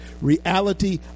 reality